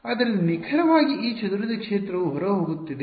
ಆದ್ದರಿಂದ ನಿಖರವಾಗಿ ಈ ಚದುರಿದ ಕ್ಷೇತ್ರವು ಹೊರಹೋಗುತ್ತಿದೆ